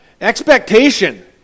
Expectation